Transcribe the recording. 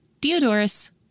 Diodorus